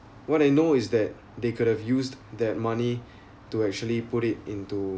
what I know is that they could have used that money to actually put it into